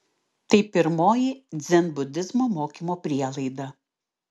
tai pirmoji dzenbudizmo mokymo prielaida